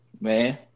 man